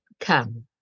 come